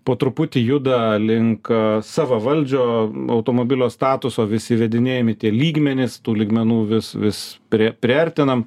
po truputį juda link savavaldžio automobilio statuso visi įvedinėjami tie lygmenys tų lygmenų vis vis pri priartinam